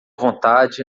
vontade